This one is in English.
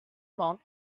mouth